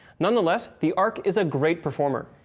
nonetheless, the arc is a great performer.